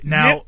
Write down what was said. Now